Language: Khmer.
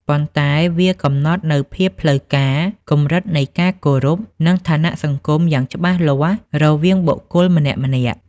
ប៉ុន្តែវាកំណត់នូវភាពផ្លូវការ កម្រិតនៃការគោរព និងឋានៈសង្គមយ៉ាងច្បាស់លាស់រវាងបុគ្គលម្នាក់ៗ។